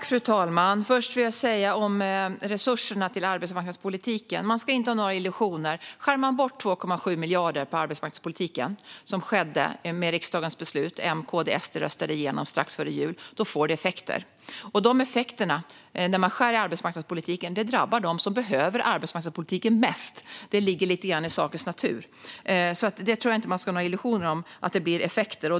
Fru talman! Först, om resurserna till arbetsmarknadspolitiken, vill jag säga att man inte ska ha några illusioner. Om man skär bort 2,7 miljarder från arbetsmarknadspolitiken, så som skedde med det riksdagsbeslut som M, KD och SD röstade igenom strax före jul, får det effekter. Dessa effekter, när man skär i arbetsmarknadspolitiken, drabbar dem som behöver arbetsmarknadspolitiken mest. Det ligger lite grann i sakens natur. Jag tror alltså inte att man ska ha några illusioner om att det blir effekter.